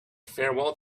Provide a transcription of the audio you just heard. farewell